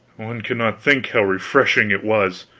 one cannot think how refreshing it was.